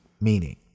meaning